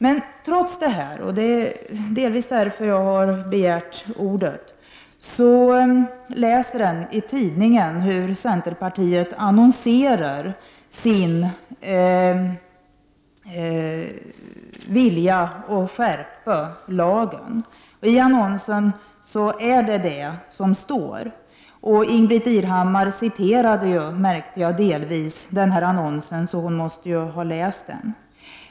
Men trots detta, och det är delvis därför som jag har begärt ordet, kan man läsa i tidningen hur centerpartiet annonserar sin vilja att skärpa lagen. I annonsen framgår detta. Ingbritt Irhammar citerade delvis denna annons, så hon måste ha läst den.